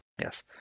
yes